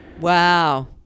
Wow